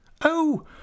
Oh